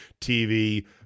TV